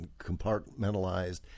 compartmentalized